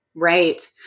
Right